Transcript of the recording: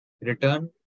return